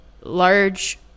large